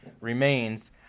remains